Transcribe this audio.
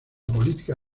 política